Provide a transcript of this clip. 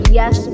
yes